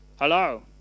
hello